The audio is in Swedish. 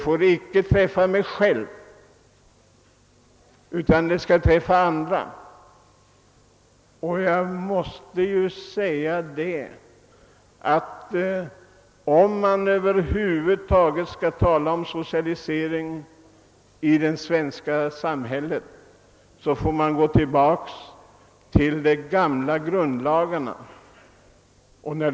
Man vill vara med om jämlikhet om det inte går ut över en själv utan bara om det går ut över andra. Om man över huvud taget skall tala om socialisering i det svenska samhället, får man gå tillbaka till hur det var, när de gamla grundlagarna skrevs.